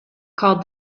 called